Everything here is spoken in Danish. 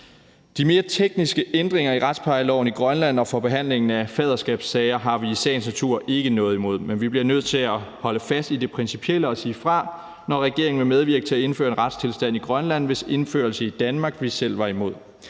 De mere tekniske ændringer i retsplejeloven i Grønland og for behandlingen af faderskabssager har vi i sagens natur ikke noget imod, men vi bliver nødt til at holde fast i det principielle og sige fra, når regeringen vil medvirke til at indføre en retstilstand i Grønland, hvis indførelse i Danmark vi selv var imod.